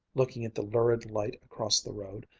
looking at the lurid light across the road.